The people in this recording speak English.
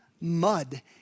mud